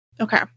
Okay